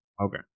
Okay